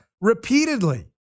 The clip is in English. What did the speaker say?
repeatedly